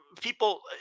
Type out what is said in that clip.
people